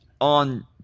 on